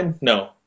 No